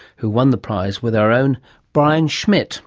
who won the prize with our own brian schmidt